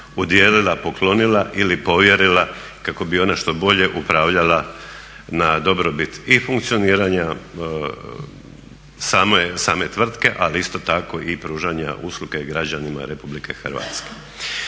udijelila, poklonila ili povjerila kako bi ona što bolje upravljala na dobrobit i funkcioniranja same tvrtke, ali isto tako i pružanja usluge građanima RH.